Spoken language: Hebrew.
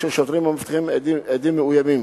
ושל שוטרים המאבטחים עדים מאוימים.